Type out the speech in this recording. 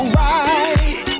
right